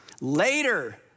later